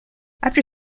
after